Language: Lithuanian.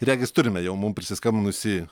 regis turime jau mum prisiskambinusį